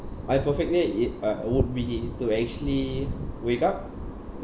my perfect day it uh would be to actually wake up